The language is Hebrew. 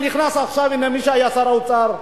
נכנס עכשיו מי שהיה שר האוצר,